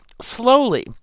slowly